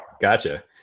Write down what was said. Gotcha